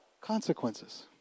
consequences